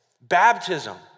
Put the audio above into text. Baptism